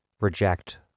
reject